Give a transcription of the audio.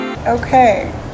Okay